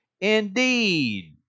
indeed